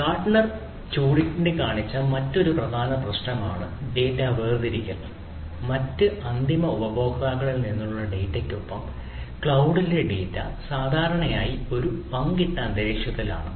Gartner ചൂണ്ടിക്കാണിച്ച മറ്റൊരു പ്രശ്നമാണ് ഡാറ്റാ വേർതിരിക്കൽ മറ്റ് അന്തിമ ഉപഭോക്താക്കളിൽ നിന്നുള്ള ഡാറ്റയ്ക്കൊപ്പം ക്ലൌഡിലെ ഡാറ്റ സാധാരണയായി ഒരു പങ്കിട്ട അന്തരീക്ഷത്തിലാണ്